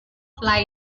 fly